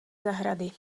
zahrady